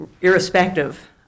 irrespective